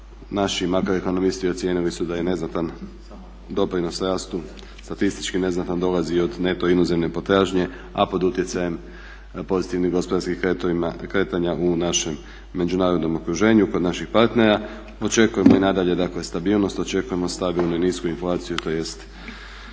Naši makro ekonomisti ocijenili su da je neznatan doprinos rastu, statistički neznatan dolazi i od neto inozemne potražnje, a pod utjecajem pozitivnih gospodarskih kretanja u našem međunarodnom okruženju kod naših partnera. Očekujemo i nadalje, dakle stabilnost, očekujemo stabilnu i nisku inflaciju, tj.